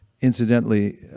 incidentally